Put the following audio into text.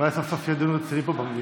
אולי סוף-סוף יהיה דיון רציני פה במליאה.